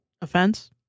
Offense